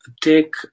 take